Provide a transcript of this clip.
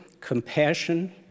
compassion